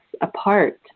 apart